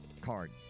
card